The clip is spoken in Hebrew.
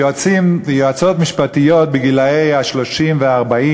ויועצים ויועצות משפטיים בגילי 30 ו-40